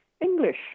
english